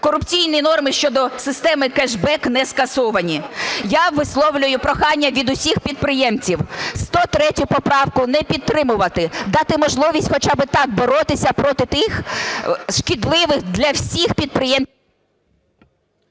Корупційні норми щодо системи кешбек не скасовані. Я висловлюю прохання від усіх підприємців: 103 поправку не підтримувати. Дати можливість хоча би так боротися проти тих шкідливих для всіх… ГОЛОВУЮЧИЙ.